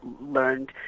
learned